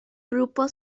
grupo